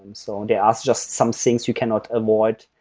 um so and are just some things you cannot avoid,